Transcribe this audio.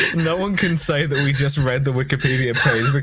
no-one can say that we just read the wikipedia page,